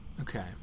Okay